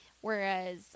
whereas